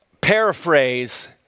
paraphrase